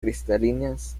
cristalinas